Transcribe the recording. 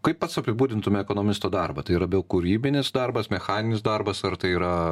kaip pats apibūdintum ekonomisto darbą tai labiau kūrybinis darbas mechaninis darbas ar tai yra